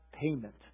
payment